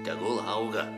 tegul auga